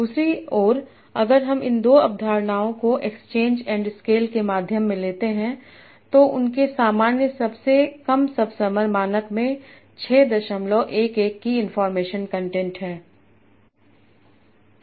दूसरी ओर अगर हम इन दो अवधारणाओं को एक्सचेंज एंड स्केल के माध्यम से लेते हैं तो उनके सामान्य सबसे कम सबसमर मानक में 611 की इनफार्मेशन कंटेंट है